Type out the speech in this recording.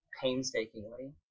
painstakingly